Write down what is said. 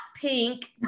pink